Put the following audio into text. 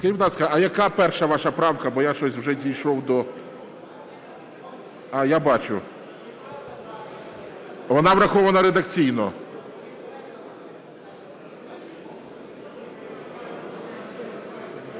а яка перша ваша правка? Бо я щось вже дійшов до… Я бачу. Вона врахована редакційно.